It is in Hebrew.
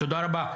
תודה רבה.